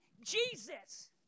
Jesus